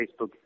Facebook